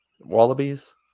Wallabies